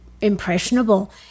impressionable